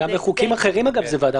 גם בחוקים אחרים זה וועדה.